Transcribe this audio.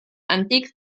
antique